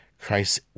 Christ